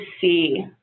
see